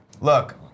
Look